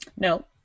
No